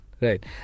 Right